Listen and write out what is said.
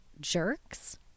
jerks